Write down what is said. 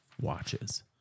watches